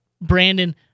Brandon